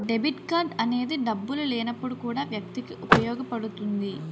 debit card అనేది డబ్బులు లేనప్పుడు కూడా వ్యక్తికి ఉపయోగపడుతుంది